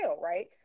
right